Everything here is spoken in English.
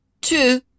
two